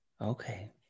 Okay